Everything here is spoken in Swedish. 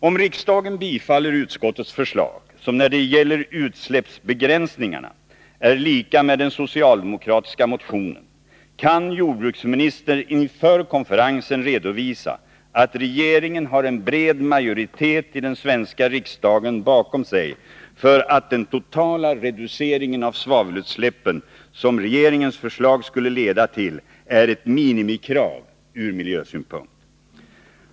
Om riksdagen bifaller utskottets förslag, som i fråga om utsläppsbegränsningarna överensstämmer med den socialdemokratiska motionen, kan jordbruksministern inför konferensen redovisa att regeringen har en bred majoritet i den svenska riksdagen bakom sig som uppfattar den totala reducering av svavelutsläppen som regeringens förslag skulle leda till som ett minimikrav från miljösynpunkt.